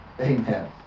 Amen